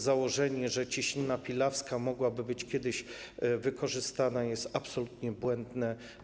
Założenie, że Cieśnina Pilawska mogłaby być kiedyś wykorzystana, jest absolutnie błędne.